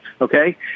Okay